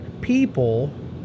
people